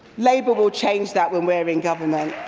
labour will change that when we are in government!